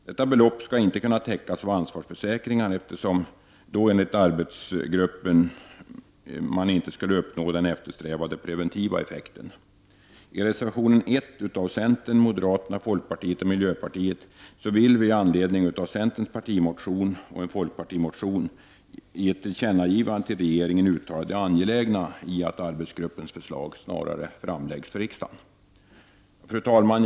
Detta belopp skall inte kunna täckas av ansvarsförsäkringar, eftersom man enligt arbetsgruppen då inte skulle uppnå den eftersträvade preventiva effekten. I reservation 1 av centern, moderaterna, folkpartiet och miljöpartiet vill vi i anledning av centerns partimotion samt en folkpartimotion, genom ett tillkännagivande till regeringen uttala det angelägna i att arbetsgruppens förslag snarast framläggs för riksdagen. Fru talman!